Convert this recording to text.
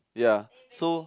ya so